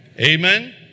Amen